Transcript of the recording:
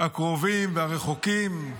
הקרובים והרחוקים.